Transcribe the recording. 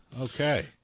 Okay